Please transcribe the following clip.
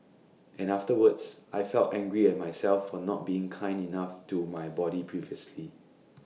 and afterwards I felt angry at myself for not being kind enough to my body previously